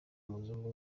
umuzungu